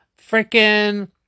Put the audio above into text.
freaking